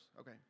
Okay